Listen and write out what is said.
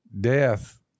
death